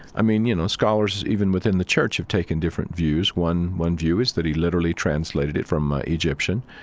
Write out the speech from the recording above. i mean, you know, scholars even within the church have taken different views. one, one view is that he literally translated it from ah egyptian.